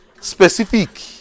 Specific